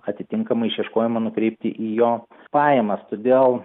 atitinkamai išieškojimo nukreipti į jo pajamas todėl